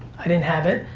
i didn't have it.